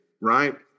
right